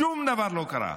שום דבר לא קרה.